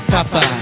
Papa